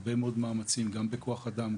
הרבה מאוד מאמצים גם בכוח אדם,